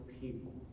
people